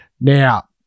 now